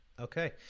okay